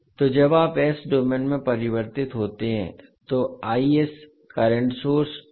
तो जब आप s डोमेन में परिवर्तित होते हैं तो करंट सोर्स बन जाएगा